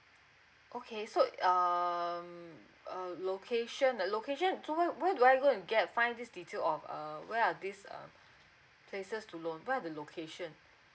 okay so um uh location ah location so where where do I go and get find these detail of um where are these um places to loan where are the location